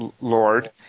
lord